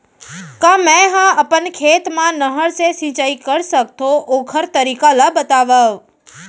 का मै ह अपन खेत मा नहर से सिंचाई कर सकथो, ओखर तरीका ला बतावव?